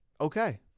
Okay